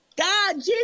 God